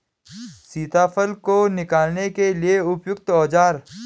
सीताफल को निकालने के लिए उपयुक्त औज़ार?